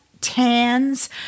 tans